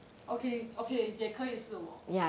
okay okay 也可以是你